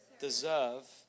Deserve